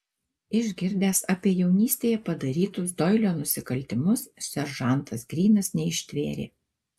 išgirdęs apie jaunystėje padarytus doilio nusikaltimus seržantas grynas neištvėrė